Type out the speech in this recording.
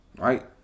right